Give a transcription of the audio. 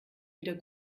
wieder